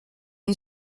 une